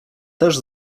też